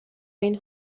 این